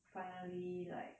finally like